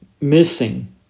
missing